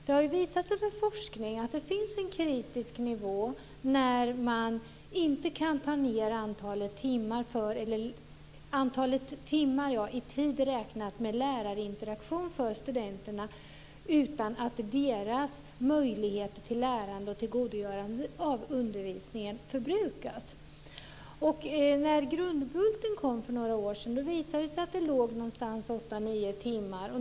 Det har visat sig vid forskning att det finns en kritisk nivå när man inte kan ta ned antalet timmar, alltså i tid räknat med lärarinteraktion för studenterna, utan att deras möjlighet att lära sig och att tillgodogöra sig undervisningen förbrukas. När Grundbulten kom för några år sedan visade det sig att vi låg någonstans runt 8-9 timmar.